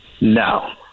No